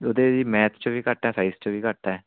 ਉਹਦੇ ਜੀ ਮੈਥ 'ਚ ਵੀ ਘੱਟ ਆ ਸਾਇੰਸ 'ਚ ਵੀ ਘੱਟ ਆ